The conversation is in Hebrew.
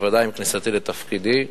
בוודאי עם כניסתי לתפקידי,